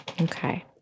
Okay